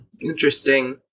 Interesting